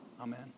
Amen